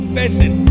person